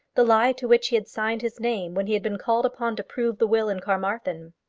the lie to which he had signed his name when he had been called upon to prove the will in carmarthen.